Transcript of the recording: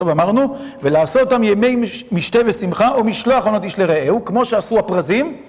טוב אמרנו. ולעשות אותם ימי משתה ושמחה או משלוח מנות איש לרעיהו, כמו שעשו הפרזים